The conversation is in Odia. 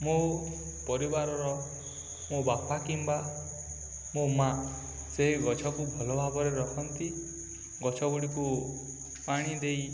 ମୋ ପରିବାରର ମୋ ବାପା କିମ୍ବା ମୋ ମାଆ ସେହି ଗଛକୁ ଭଲ ଭାବରେ ରଖନ୍ତି ଗଛ ଗୁଡ଼ିକୁ ପାଣି ଦେଇ